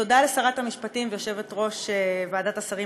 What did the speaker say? תודה לשרת המשפטים ויושבת-ראש ועדת השרים